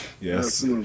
Yes